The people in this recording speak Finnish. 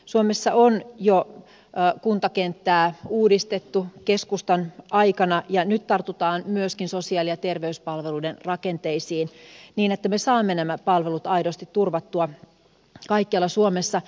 suomessa on jo kuntakenttää uudistettu keskustan aikana ja nyt tartutaan myöskin sosiaali ja terveyspalveluiden rakenteisiin niin että me saamme nämä palvelut aidosti turvattua kaikkialla suomessa